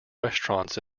restaurants